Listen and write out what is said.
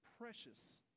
precious